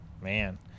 man